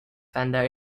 fender